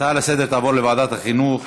ההצעה לסדר-היום תעבור לוועדת החינוך,